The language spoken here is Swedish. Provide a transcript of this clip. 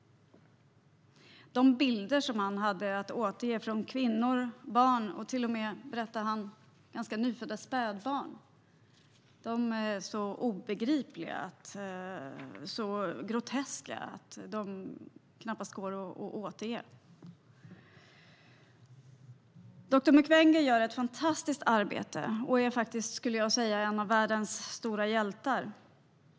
De bilder han hade att återge av kvinnor och barn - till och med, berättade han, ganska nyfödda spädbarn - är så obegripliga och groteska att de knappt går att återge. Doktor Mukwege gör ett fantastiskt arbete och är, skulle jag säga, en av världens stora hjältar.